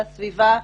לסביבה,